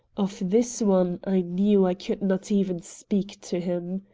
of this one i knew i could not even speak to him.